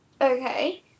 Okay